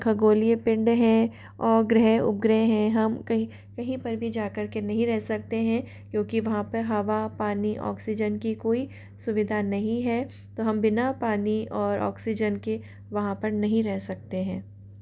खगोलीय पिंड हैं औ ग्रह उपग्रह हैं हम कहीं कहीं पर भी जाकर के नहीं रह सकते हैं क्योंकि वहाँ पे हवा पानी ऑक्सीजन की कोई सुविधा नहीं है तो हम बिना पानी और ऑक्सीजन के वहाँ पर नहीं रह सकते हैं